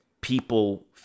people